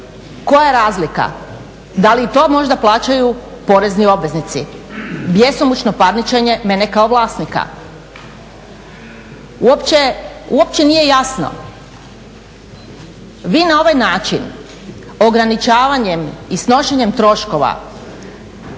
koja je razlika? Da li i to možda plaćaju porezni obveznici? Bjesomučno parničenje mene kao vlasnika. Uopće, uopće nije jasno, vi na ovaj način ograničavanjem i snošenjem troškova